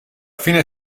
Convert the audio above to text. fine